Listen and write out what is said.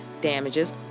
damages